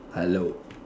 hello